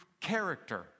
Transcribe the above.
character